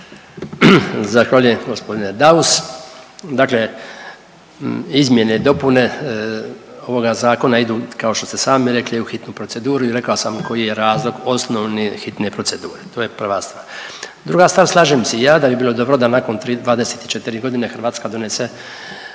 Zahvaljujem g. Daus. Dakle izmjene i dopune ovoga zakona idu kao što ste sami rekli u hitnu proceduru i rekao sam koji je razlog osnovni hitne procedure, to je prva stvar. Druga stvar, slažem se i ja da bi bilo dobro da nakon 24.g. Hrvatska donese